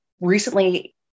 recently